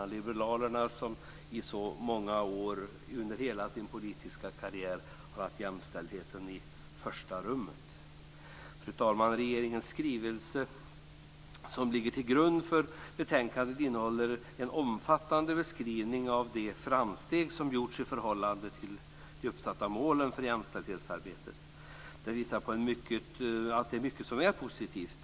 Det är ju liberalerna som i så många år, under hela sitt politiska liv, har haft jämställdheten i första rummet. Fru talman! Regeringens skrivelse, som ligger till grund för betänkandet, innehåller en omfattande beskrivning av de framsteg som har gjorts i förhållande till de uppsatta målen för jämställdhetsarbetet. Den visar att det är mycket som är positivt.